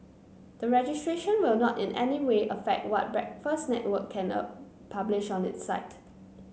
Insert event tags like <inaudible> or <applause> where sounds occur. the registration will not in any way affect what Breakfast Network can <unintelligible> publish on its site